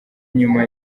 nyuma